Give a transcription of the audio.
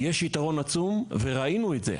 יש יתרון עצום, וראינו את זה.